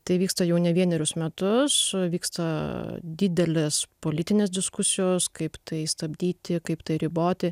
tai vyksta jau ne vienerius metus vyksta didelės politinės diskusijos kaip tai stabdyti kaip tai riboti